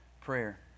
Prayer